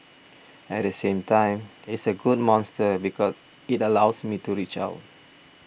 at the same time it's a good monster because it allows me to reach out